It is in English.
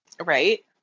Right